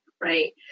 right